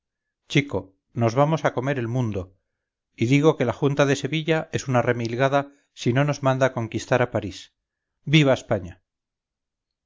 chico nos vamos a comer el mundo y digo que la junta de sevilla es una remilgada si no nos manda conquistar a parís viva españa